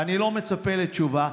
ואני לא מצפה לתשובה,